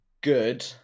good